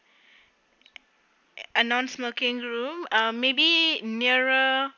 a non-smoking room maybe nearer